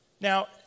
Now